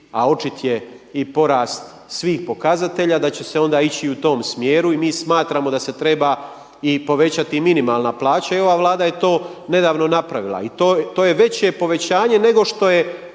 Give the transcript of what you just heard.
a očit je i porast svih pokazatelja, da će se onda ići i u tom smjeru i mi smatramo da se treba i povećati minimalna plaća, i ova Vlada je to nedavno napravila. To je veće povećanje nego što je